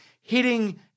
hitting –